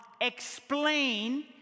explain